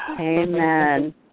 Amen